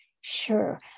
Sure